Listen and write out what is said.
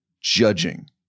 judging